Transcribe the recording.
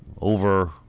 over